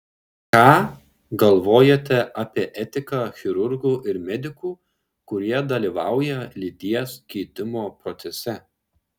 ką galvojate apie etiką chirurgų ir medikų kurie dalyvauja lyties keitimo procese